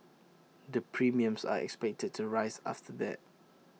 the premiums are expected to rise after that